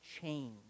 change